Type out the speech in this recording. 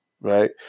right